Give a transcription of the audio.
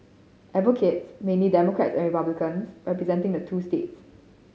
advocates mainly Democrats and Republicans representing the two states